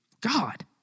God